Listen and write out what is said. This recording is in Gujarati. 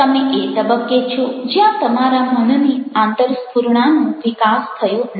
તમે એ તબક્કે છો જ્યાં તમારા મનની આંતરસ્ફુરણાનો વિકાસ થયો નથી